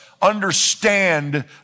understand